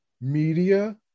media